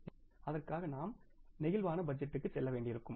எனவே அதற்காக நாம் பிளேக்சிபிள் பட்ஜெட்டுக்கு செல்ல வேண்டியிருக்கும்